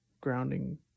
grounding